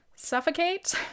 Suffocate